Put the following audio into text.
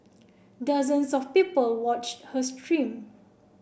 dozens of people watched her stream